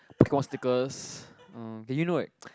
Pokemon stickers um and you know right